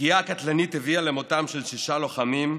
הפגיעה הקטלנית הביאה למותם של שישה לוחמים.